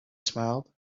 smiled